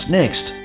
next